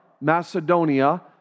Macedonia